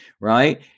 right